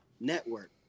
network